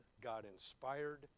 God-inspired